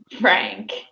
Frank